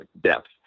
depth